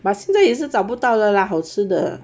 but 现在也是不到了啦好吃的